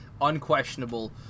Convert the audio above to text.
unquestionable